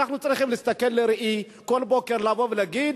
אנחנו צריכים להסתכל בראי כל בוקר ולבוא